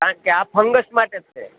કારણ કે આ ફંગસ માટે જ છે